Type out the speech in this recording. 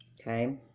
Okay